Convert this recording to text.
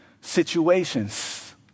situations